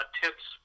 tips